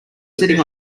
sitting